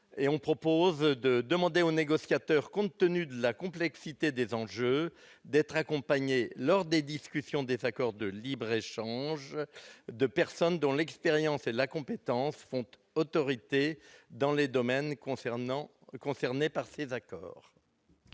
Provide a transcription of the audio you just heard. et on propose de demander aux négociateurs, compte tenu de la complexité des enjeux d'être accompagné lors des discussions désaccord de libre-échange 2 personnes dont l'expérience et la compétence font autorité dans les domaines concernant concernés par cet accord.